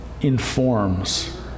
informs